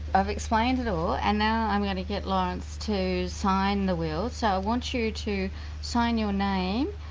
i've explained it all, and now i'm going to get lawrence to sign the will. so i want you to sign your name,